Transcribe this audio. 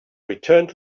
returned